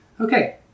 Okay